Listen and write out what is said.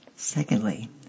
Secondly